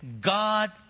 God